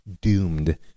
doomed